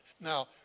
Now